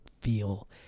feel